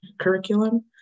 curriculum